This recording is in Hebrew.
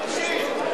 תמשיך.